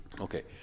Okay